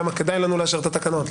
למה כדאי לנו לאשר את התקנות,